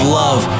love